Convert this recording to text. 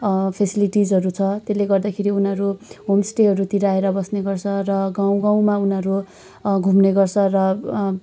फेसिलिटिजहरू छ त्यसले गर्दाखेरि उनीहरू होमस्टेहरूतिर आएर बस्ने गर्छ र गाउँ गाउँमा उनीहरू घुम्ने गर्छ र